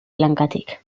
lankatik